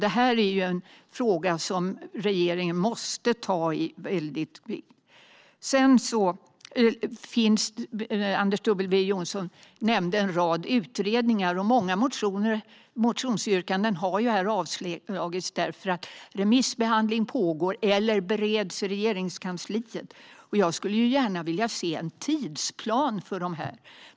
Det är en mycket viktig fråga som regeringen måste ta tag i. Anders W Jonsson nämnde en rad utredningar, och många motionsyrkanden har ju avstyrkts här eftersom remissbehandling pågår eller frågorna bereds i Regeringskansliet. Jag skulle gärna vilja se en tidsplan för detta.